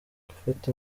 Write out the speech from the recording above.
gufata